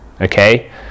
okay